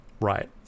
Right